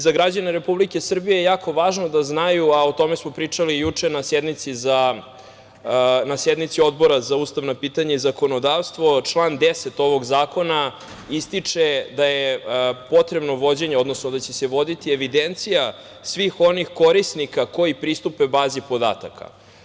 Za građane Republike Srbije je jako važno da znaju, a o tome smo pričali juče na sednici Odbora za ustavna pitanja i zakonodavstvo, član 10. ovog zakona ističe da je potrebno vođenje, odnosno da će se voditi evidencija svih onih korisnika koji pristupe bazi podataka.